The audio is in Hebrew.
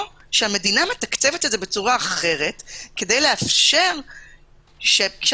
או המדינה מתקצבת את זה אחרת כדי לאפשר שפגישת